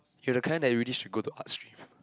you are the kind that really should go to art stream